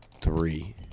three